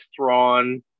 Thrawn